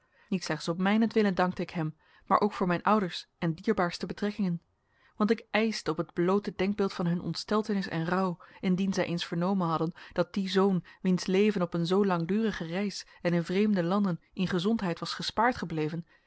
niet slechts om mijnentwille dankte ik hem maar ook voor mijn ouders en dierbaarste betrekkingen want ik ijsde op het bloote denkbeeld van hun ontsteltenis en rouw indien zij eens vernomen hadden dat die zoon wiens leven op een zoo langdurige reis en in vreemde landen in gezondheid was gespaard gebleven